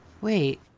Wait